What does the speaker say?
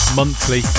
monthly